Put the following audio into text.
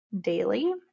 daily